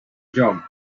jog